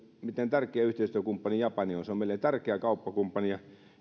miten tärkeä yhteistyökumppani japani on suomelle se on meille tärkeä kauppakumppani ja